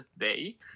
day